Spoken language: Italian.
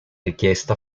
richiesta